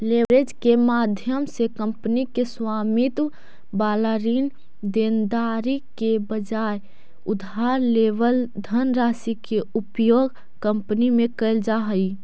leverage के माध्यम से कंपनी के स्वामित्व वाला ऋण देनदारी के बजाय उधार लेवल धनराशि के उपयोग कंपनी में कैल जा हई